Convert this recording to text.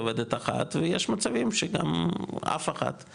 עובדת אחת ויש מצבים שאף אחת לא עובדת.